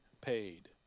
paid